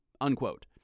Unquote